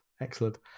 Excellent